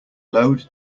load